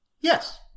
Yes